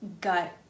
gut